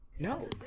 No